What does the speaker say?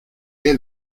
est